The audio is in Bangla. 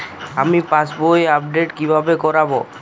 আমি পাসবই আপডেট কিভাবে করাব?